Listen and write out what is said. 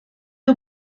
que